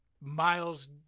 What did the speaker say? Miles –